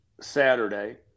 Saturday